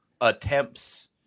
attempts